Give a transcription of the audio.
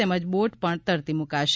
તેમજ બોટ પણ તરતી મૂકાશે